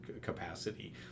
capacity